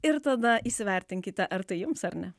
ir tada įsivertinkite ar tai jums ar ne